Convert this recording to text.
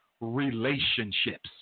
Relationships